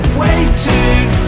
waiting